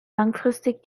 langfristig